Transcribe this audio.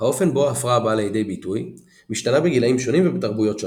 האופן בו ההפרעה באה לידי ביטוי משתנה בגילאים שונים ובתרבויות שונות.